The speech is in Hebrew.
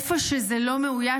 איפה שזה לא מאויש,